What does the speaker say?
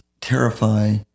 terrify